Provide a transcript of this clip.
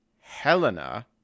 Helena